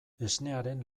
esnearen